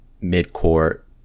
mid-court